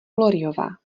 gloryová